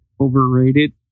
overrated